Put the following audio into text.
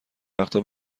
وقتها